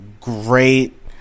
Great